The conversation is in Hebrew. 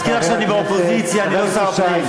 להזכיר לך שאני באופוזיציה, אני לא שר הפנים.